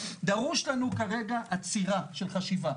דרושה לנו כרגע עצירה של חשיבה.